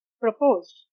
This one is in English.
proposed